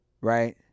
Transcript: right